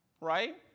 right